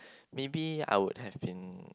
maybe I would have been